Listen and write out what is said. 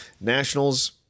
Nationals